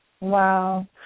Wow